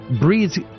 breeds